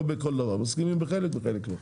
לא בכל דבר, מסכימים בחלק, בחלק לא.